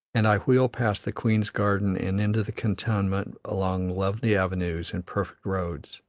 and i wheel past the queen's gardens and into the cantonment along lovely avenues and perfect roads.